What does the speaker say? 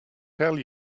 tell